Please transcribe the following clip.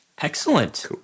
Excellent